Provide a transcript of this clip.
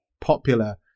popular